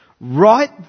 right